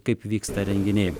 kaip vyksta renginiai